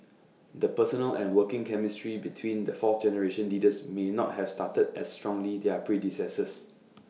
the personal and working chemistry between the fourth generation leaders may not have started as strongly their predecessors